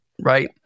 right